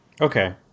okay